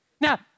Now